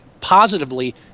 positively